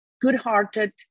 good-hearted